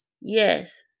Yes